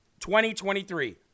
2023